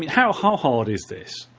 how how hard is this,